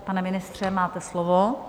Pane ministře, máte slovo.